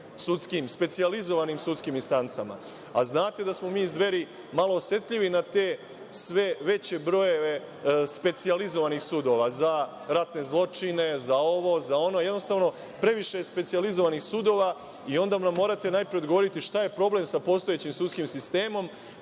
posebnim specijalizovanim sudskim instancama. Znate, da smo mi iz Dveri malo osetljivi na te sve veće brojeve specijalizovanih sudova, za ratne zločine, za ovo, za ono, jednostavno, previše je specijalizovanih sudova. Morate mi najpre odgovorite šta je problem sa postojećim sudskim sistemom,